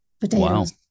potatoes